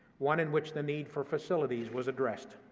one in which the need for facilities was addressed.